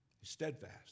Steadfast